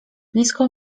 blisko